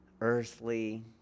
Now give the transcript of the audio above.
earthly